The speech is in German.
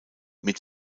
mit